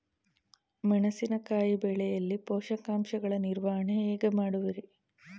ಮೆಣಸಿನಕಾಯಿ ಬೆಳೆಯಲ್ಲಿ ಪೋಷಕಾಂಶಗಳ ನಿರ್ವಹಣೆ ಹೇಗೆ ಮಾಡುವಿರಿ?